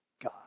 God